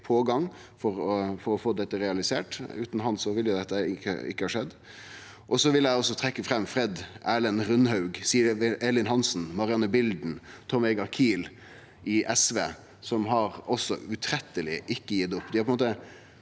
for å få dette realisert. Utan han ville ikkje dette ha skjedd. Eg vil også trekke fram Fred Erlend Rundhaug, Siv Elin Hansen, Marianne Bilden og Tom Vegar Kiil i SV, som utretteleg ikkje har gitt opp.